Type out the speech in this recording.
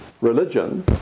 religion